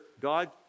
God